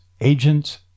agent's